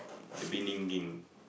the beningging